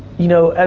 you know,